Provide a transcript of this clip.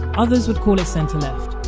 others would call it centre-left.